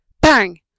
bang